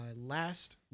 Last